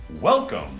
Welcome